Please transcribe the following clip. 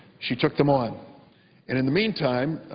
she took them on. and in the meantime,